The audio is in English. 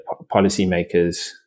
policymakers